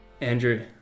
Andrew